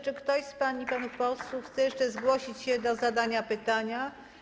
Czy ktoś z pań i panów posłów chce jeszcze zgłosić się do zadania pytania?